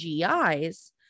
GIs